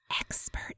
Expert